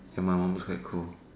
your mom was quite cool